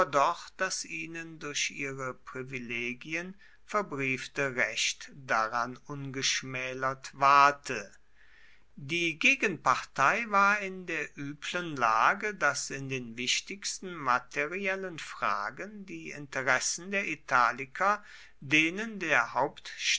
doch das ihnen durch ihre privilegien verbriefte recht daran ungeschmälert wahrte die gegenpartei war in der üblen lage daß in den wichtigsten materiellen fragen die interessen der italiker denen der